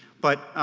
but